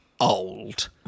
old